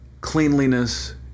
cleanliness